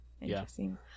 Interesting